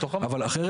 אחרת,